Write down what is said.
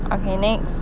okay next